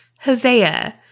Hosea